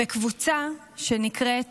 בקבוצה שנקראת